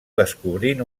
descobrint